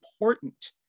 important